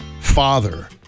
father